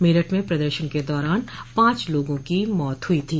मेरठ में प्रदर्शन के दौरान पांच लोगों की मौत हुई थी